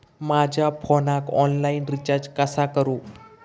माझ्या फोनाक online recharge कसा करू?